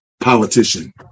politician